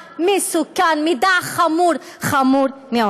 מסוכן, מידע חמור מאוד.